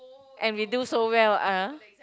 and we do so well ah